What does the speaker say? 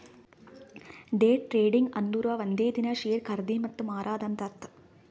day trading ಅಂದುರ್ ಒಂದೇ ದಿನಾ ಶೇರ್ ಖರ್ದಿ ಮತ್ತ ಮಾರಾದ್ ಅಂತ್ ಅರ್ಥಾ